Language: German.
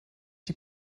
die